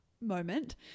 moment